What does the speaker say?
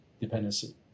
dependency